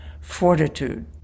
fortitude